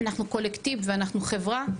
אנחנו קולקטיב ואנחנו חברה,